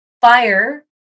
Fire